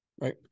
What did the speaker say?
Right